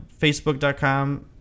Facebook.com